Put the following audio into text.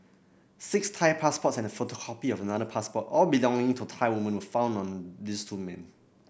Six Thai passports and a photocopy of another passport all belonging to Thai women were found on this two men